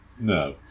No